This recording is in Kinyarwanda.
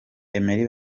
emery